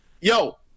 yo